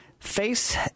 Face